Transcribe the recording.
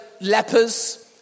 lepers